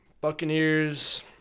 Buccaneers